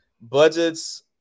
Budgets